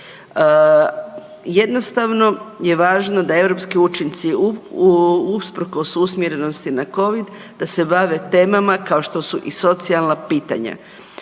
Jednostavno je važno da europski učinci usprkos usmjerenosti na covid da se bave temama kao što su i socijalna pitanja.